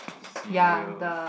cereal